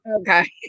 okay